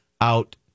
out